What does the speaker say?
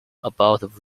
about